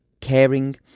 caring